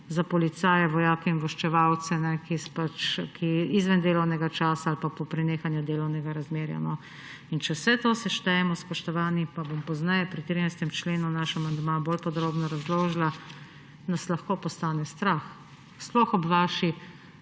za policije, vojake in obveščevalce izven delovnega časa ali pa po prenehanju delovnega razmerja. Če vse to seštejemo, spoštovani, pa bom pozneje pri 13. členu naš amandma bolj podrobno razložila, nas lahko postane strah, sploh ob vaši